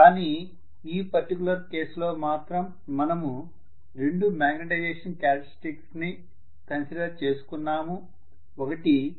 కానీ ఈ particular case లో మాత్రం మనము రెండు మాగ్నెటైజెషన్ క్యారెక్టర్స్టిక్స్ ని కన్సిడర్ చేసుకున్నాము